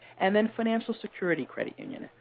and then financial security credit union,